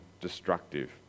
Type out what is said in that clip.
destructive